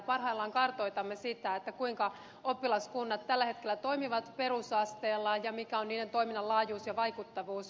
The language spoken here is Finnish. parhaillaan kartoitamme sitä kuinka oppilaskunnat tällä hetkellä toimivat perusasteella ja mikä on niiden toiminnan laajuus ja vaikuttavuus